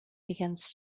begins